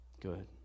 good